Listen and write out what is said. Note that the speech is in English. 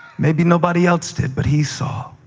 maybe nobody else did, but he saw.